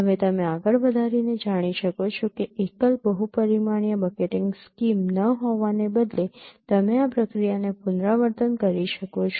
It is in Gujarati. હવે તમે આગળ વધારીને જાણી શકો છો કે એકલ બહુ પરિમાણીય બકેટિંગ સ્કીમ ન હોવાને બદલે તમે આ પ્રક્રિયાને પુનરાવર્તન કરી શકો છો